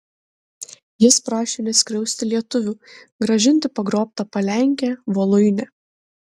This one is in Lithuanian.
jis prašė neskriausti lietuvių grąžinti pagrobtą palenkę voluinę